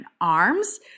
arms